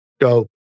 go